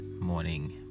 Morning